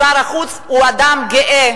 שר החוץ הוא אדם גאה,